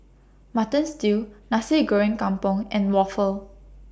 Mutton Stew Nasi Goreng Kampung and Waffle